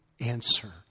answer